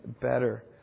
better